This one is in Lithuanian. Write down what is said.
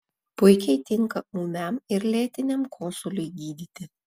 puikiai tinka ūmiam ir lėtiniam kosuliui gydyti